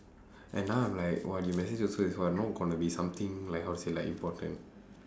and now I'm like !wah! you message also is what not going to be something like how to say like important